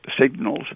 signals